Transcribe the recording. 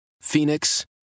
Phoenix